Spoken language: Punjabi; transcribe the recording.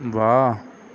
ਵਾਹ